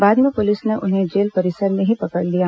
बाद में पुलिस ने उन्हें जेल परिसर में ही पकड़ लिया